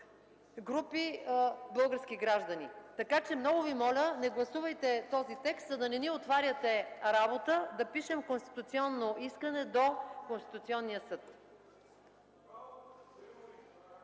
групи български граждани. Много Ви моля, не гласувайте този текст, за да не ни отваряте работа да пишем конституционно искане до Конституционния съд.